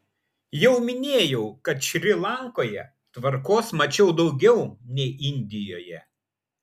jau minėjau kad šri lankoje tvarkos mačiau daugiau nei indijoje